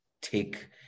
take